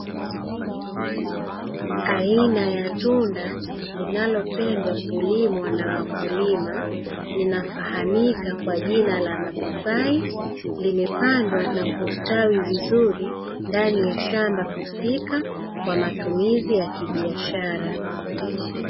Aina ya tunda linalopendwa kulimwa na wakulima linafahamika kwa jina la mapapai, limepandwa na kustawi vizuri ndani ya shamba husika kwa matumizi ya kibiashara.